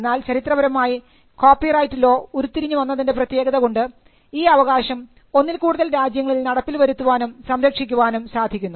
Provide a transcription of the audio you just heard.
എന്നാൽ ചരിത്രപരമായി copyright law ഉരുത്തിരിഞ്ഞുവന്നതിൻറെ പ്രത്യേകത കൊണ്ട് ഈ അവകാശം ഒന്നിൽ കൂടുതൽ രാജ്യങ്ങളിൽ നടപ്പിൽ വരുത്താനും സംരക്ഷിക്കാനും സാധിക്കുന്നു